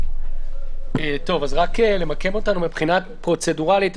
רק למקם אותנו מבחינה פרוצדורלית,